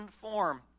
form